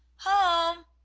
home!